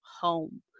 home